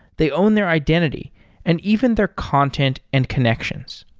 they own their identity and even their content and connections.